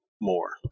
more